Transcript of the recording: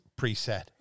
preset